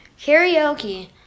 Karaoke